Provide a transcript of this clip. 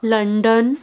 London